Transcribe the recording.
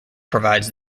provides